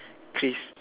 chris